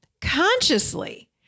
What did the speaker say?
consciously